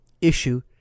issue